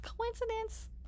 Coincidence